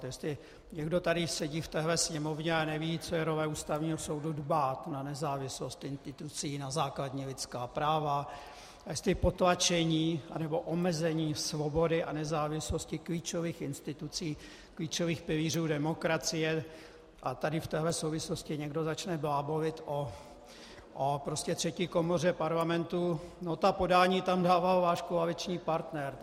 Jestli někdo tady sedí v téhle Sněmovně a neví, co je role Ústavního soudu, dbát na nezávislost institucí, na základní lidská práva, jestli potlačení nebo omezení svobody a nezávislosti klíčových institucí, klíčových pilířů demokracie a tady v téhle souvislosti začne blábolit o třetí komoře Parlamentu, no, ta podání tam dával váš koaliční partner.